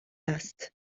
last